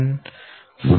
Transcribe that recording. Dbc